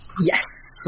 Yes